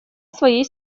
своей